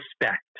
respect